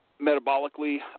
Metabolically